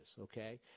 okay